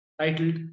titled